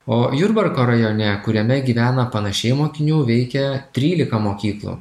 o jurbarko rajone kuriame gyvena panašiai mokinių veikia trylika mokyklų